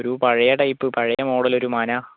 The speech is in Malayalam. ഒരു പഴയ ടൈപ്പ് പഴയ മോഡൽ ഒരു മന